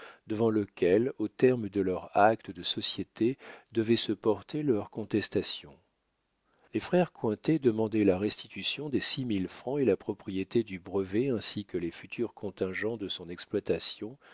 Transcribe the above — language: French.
devant lequel aux termes de leur acte de société devaient se porter leurs contestations les frères cointet demandaient la restitution des six mille francs et la propriété du brevet ainsi que les futurs contingents de son exploitation